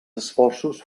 esforços